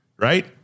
Right